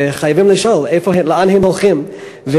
וחייבים לשאול לאן הם הולכים,